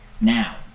now